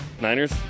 Niners